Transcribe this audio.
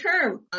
term